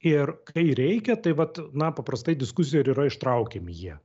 ir kai reikia tai vat na paprastai diskusijoj ir yra ištraukiami jie